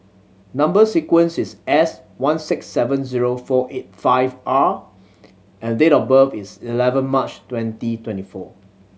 number sequence is S one six seven zero four eight five R and date of birth is eleven March twenty twenty four